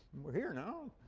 we're here now.